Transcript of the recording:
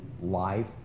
life